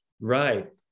Right